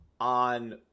on